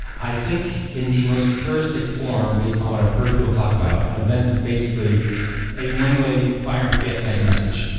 i think in the most puristic form based upon what i've heard people talk about, an event is basically a one-way fire and forget type message,